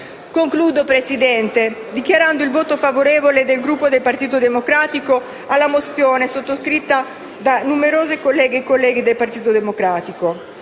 Concludo, signor Presidente, dichiarando il voto favorevole del Gruppo del Partito Democratico alla mozione sottoscritta da numerose colleghe e colleghi del Partito Democratico